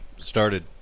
started